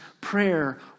prayer